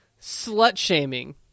slut-shaming